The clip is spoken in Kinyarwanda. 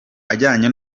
ajyanye